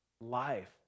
life